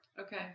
Okay